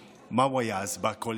מה הוא היה אז בממשלה?